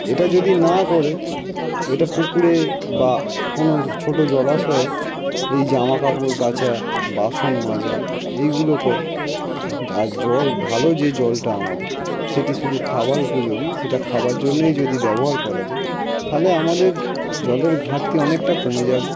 এটা যদি না করে এটা পুকুরে বা কোনো ছোটো জলাশয়ে এই জামাকাপড় কাচা বাসন মাজা এইগুলো করে আর জল ভালো যে জলটা আমাদের সেটি শুধু খাবার উপযোগী সেটা খাবার জন্যেই যদি ব্যবহার করা যায় থালে আমাদের জলের ঘাটতি অনেকটা কমে যাবে